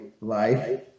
life